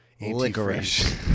licorice